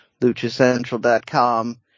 LuchaCentral.com